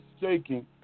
shaking